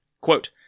Quote